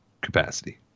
capacity